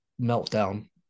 meltdown